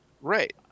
Right